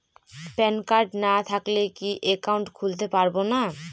Pan card না থাকলে কি একাউন্ট খুলতে পারবো না?